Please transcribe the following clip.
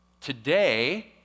today